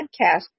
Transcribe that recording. Podcast